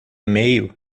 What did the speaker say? mail